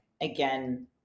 again